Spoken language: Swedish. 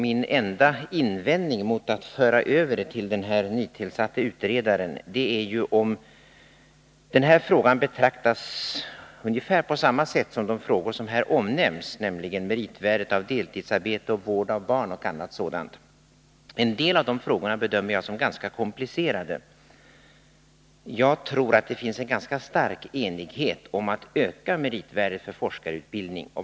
Min enda invändning mot att föra över uppgiften till den nytillsatta utredaren gäller om denna fråga betraktas på ungefär samma sätt som de frågor som här omnämns, nämligen meritvärdet av deltidsarbete, vård av barn och annat sådant. En del av de frågorna bedömer jag som ganska komplicerade. Jag tror att det finns en ganska stor enighet om att öka meritvärdet för forskarutbildning.